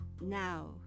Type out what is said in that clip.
now